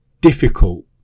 difficult